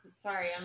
Sorry